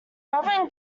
robin